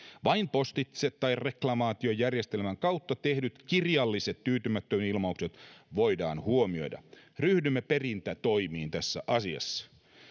vain postitse tai reklamaatiojärjestelmän kautta tehdyt kirjalliset tyytymättömyydenilmaukset voidaan huomioida ryhdymme perintätoimiin tässä asiassa